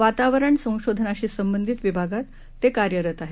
वातावरण संशोधनांशी संबंधित विभागात कार्यरत आहेत